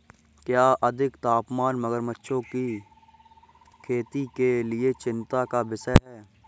क्या अधिक तापमान मगरमच्छों की खेती के लिए चिंता का विषय है?